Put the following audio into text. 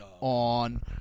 on